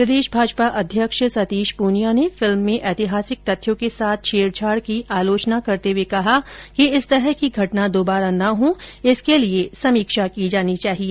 प्रदेश भाजपा अध्यक्ष सतीश प्रनिया ने फिल्म में ऐतिहासिक तथ्यों के साथ छेडछाड की आलोचना करते हुए कहा कि इस तरह की घटना दुबारा न हो इसके लिये इसकी समीक्षा की जानी चाहिए